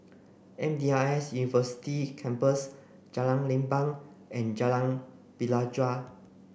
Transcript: M D I S University Campus Jalan Leban and Jalan Pelajau